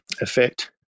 effect